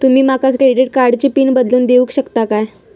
तुमी माका क्रेडिट कार्डची पिन बदलून देऊक शकता काय?